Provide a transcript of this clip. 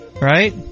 Right